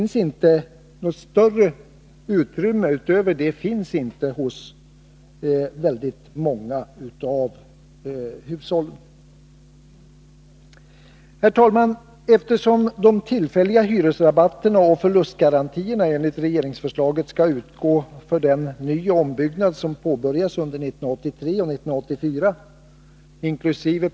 Något större utrymme utöver det finns inte hos många av hushållen. Herr talman! Eftersom de tillfälliga hyresrabatterna och förlustgarantierna enligt regeringsförslaget skall utgå för den nyoch ombyggnad som påbörjas under 1983 och 1984, inkl.